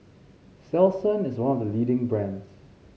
Selsun is one of the leading brands